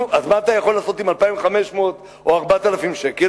נו, אז מה אתה יכול לעשות עם 2,500 או 4,000 שקל?